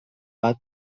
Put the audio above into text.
bat